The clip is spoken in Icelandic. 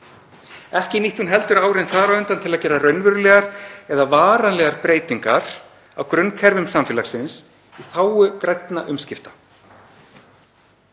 Ekki nýtti hún heldur árin þar á undan til að gera raunverulegar eða varanlegar breytingar á grunnkerfum samfélagsins í þágu grænna umskipta.